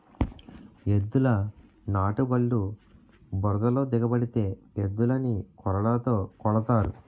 ఎద్దుల నాటుబల్లు బురదలో దిగబడితే ఎద్దులని కొరడాతో కొడతారు